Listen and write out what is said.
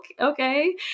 Okay